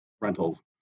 rentals